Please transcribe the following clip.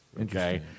Okay